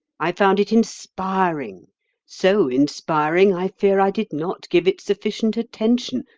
i found it inspiring so inspiring, i fear i did not give it sufficient attention.